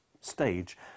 stage